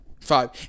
five